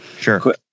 Sure